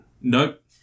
Nope